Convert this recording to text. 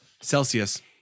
Celsius